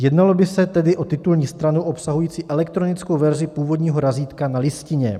Jednalo by se tedy o titulní stranu obsahující elektronickou verzi původního razítka na listině.